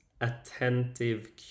attentive